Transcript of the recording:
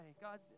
God